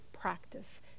practice